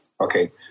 Okay